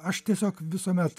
aš tiesiog visuomet